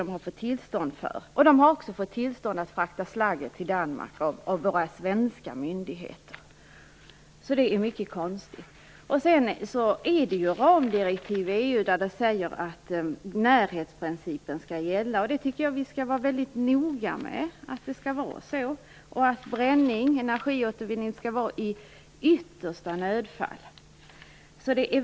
De har också fått tillstånd av våra svenska myndigheter att frakta slagget till Danmark, vilket är mycket konstigt. Det finns ramdirektiv i EU som säger att närhetsprincipen skall gälla. Dessa tycker jag att vi skall följa väldigt noga och att energiåtervinning skall ske i yttersta nödfall.